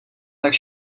tak